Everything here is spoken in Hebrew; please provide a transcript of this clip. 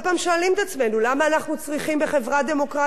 למה אנחנו צריכים בחברה דמוקרטית כלב שמירה?